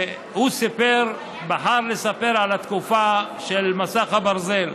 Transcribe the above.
הוא בחר לספר על התקופה של מסך הברזל,